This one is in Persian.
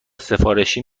سفارشی